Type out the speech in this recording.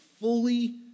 fully